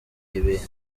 ibihe